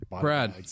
Brad